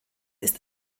ist